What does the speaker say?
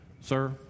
Sir